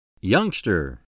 Youngster